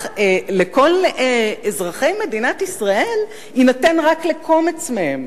לכל אזרחי מדינת ישראל יינתן רק לקומץ מהם.